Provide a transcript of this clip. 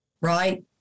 right